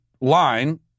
line